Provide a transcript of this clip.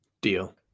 Deal